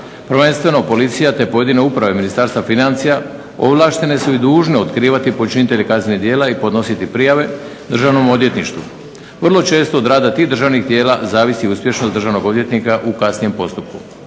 prvenstveno policija te pojedine uprave Ministarstva financija, ovlaštene su i dužne otkrivati počinitelje kaznenih djela i podnositi prijave državnom odvjetništvu. Vrlo često od rada tih državnih tijela zavisi uspješnost državnog odvjetnika u kasnijem postupku.